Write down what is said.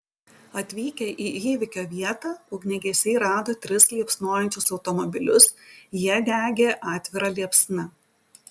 atvykę į įvykio vietą ugniagesiai rado tris liepsnojančius automobilius jie degė atvira liepsna